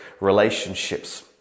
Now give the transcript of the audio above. relationships